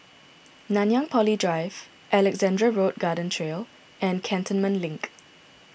Nanyang Poly Drive Alexandra Road Garden Trail and Cantonment Link